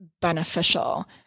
beneficial